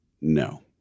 no